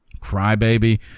crybaby